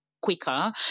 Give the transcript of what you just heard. quicker